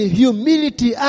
humility